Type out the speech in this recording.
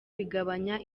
bigabanya